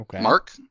Mark